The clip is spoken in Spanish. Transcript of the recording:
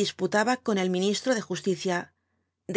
disputaba con ol ministro de justicia